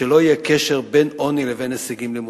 שלא יהיה קשר בין עוני לבין הישגים לימודיים,